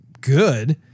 good